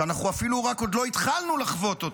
שאפילו עוד לא התחלנו לחוות אותו,